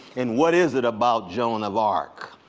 and what is it about joan of arc?